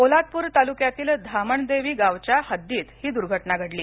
पोलादपूर तालुक्यातील धामणदेवी गावच्या हद्दीत ही दूर्घटना घडली